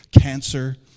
Cancer